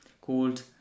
called